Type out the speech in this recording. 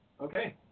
Okay